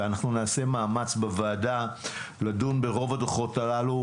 ואנחנו נעשה מאמץ בוועדה לדון ברוב הדוחות הללו,